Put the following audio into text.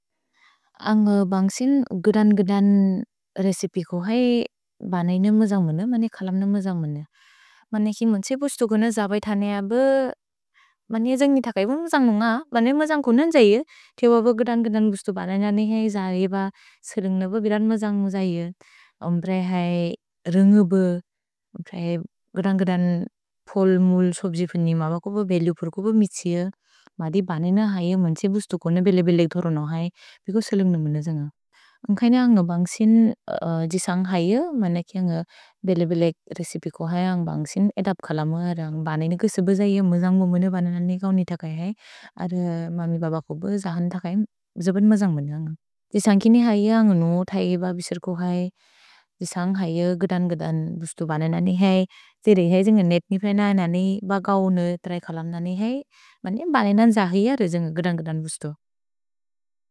अन्ग् बन्सिन् गदन्-गदन् रेसेपे को है बनैन मजन्ग्मन, मने खलमन मजन्ग्मन। मने कि मन्चे बुस्तो गोन जबैतनेअ ब, मने अजन्ग्नि थकैब मजन्ग्न न्ग। भने मजन्ग् कोन न्जैअ। तेव ब गदन्-गदन् बुस्तो बनैन न्जैअ जहरिब। सेरेन्गन ब बिरन् मजन्गु जैअ। अम्ब्रए है, रेन्गु ब। गदन्-गदन् पोल्, मुल्, सोब्जि फनिम ब। को ब भेलेउपुर्, को ब मिछिअ। मदि बनैन है, मन्चे बुस्तो गोन बेलेबेलेक् धोरोन है। भिको सेलेन्गन मेने जेन्ग। अन्ग् कैन अन्ग् बन्सिन् जिसन्ग् है, मने कि बेलेबेलेक् रेसेपे को है। अन्ग् बन्सिन् एदप् खलम। अन्ग् बनैन को सेबेजैअ मजन्गु मुने बनन नि कौनि थकै है। अर्र् ममि बब को ब जहन् थकै। जोबन् मजन्ग्मन। जिसन्ग् किनि है, अन्ग् नुओ थैइब बिसर् को है। जिसन्ग् है, गदन्-गदन् बुस्तो बनन नि है। तेर ही है, जेन्ग नेत् निपेन। ननि ब गओन तेरै खलमन नि है। मनि बनैन ज ही है, रेजेन्ग गदन्-गदन् बुस्तो।